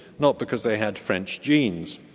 not because they had french genes.